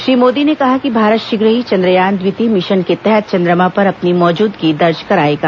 श्री मोदी ने कहा कि भारत शीघ्र ही चन्द्रयान द्वितीय मिशन के तहत चन्द्रमा पर अपनी मौजूदगी दर्ज करायेगा